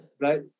right